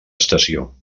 estació